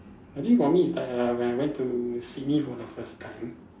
I think for me is like err when I went to Sydney for the first time